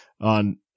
on